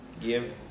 give